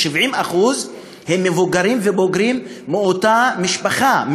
כ-70% הם מבוגרים ובוגרים מאותה משפחה,